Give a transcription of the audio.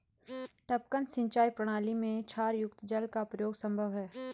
टपकन सिंचाई प्रणाली में क्षारयुक्त जल का प्रयोग संभव है